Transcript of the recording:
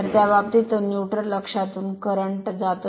तर त्या बाबतीत तो न्यूट्रल अक्षातून करंट जातो